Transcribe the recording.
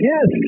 Yes